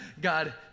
God